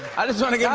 i just want to yeah